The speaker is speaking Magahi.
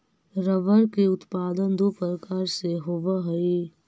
रबर के उत्पादन दो प्रकार से होवऽ हई